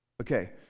okay